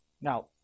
Now